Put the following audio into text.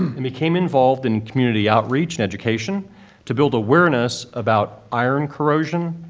and became involved in community outreach and education to build awareness about iron corrosion,